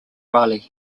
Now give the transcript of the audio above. raleigh